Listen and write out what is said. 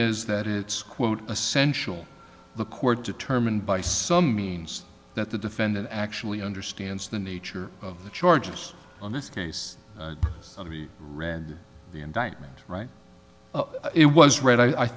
is that it's quote essential the court determined by some means that the defendant actually understands the nature of the charges on this case read the indictment write it was r